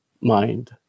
mind